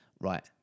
right